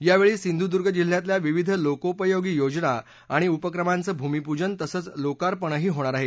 यावेळी सिंधुदुर्ग जिल्ह्यातल्या विविध लोकोपयोगी योजना आणि उपक्रमांचं भूमीपूजन तसंच लोकार्पणही होणार आहे